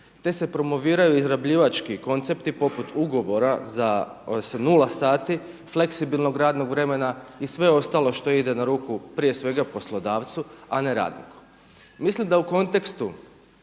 te se promoviraju izrabljivački koncepti poput ugovora sa nula sati fleksibilnog radnog vremena i sve ostalo što ide na ruku prije svega poslodavcu, a ne radniku. Mislim da u kontekstu